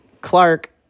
Clark